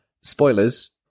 Spoilers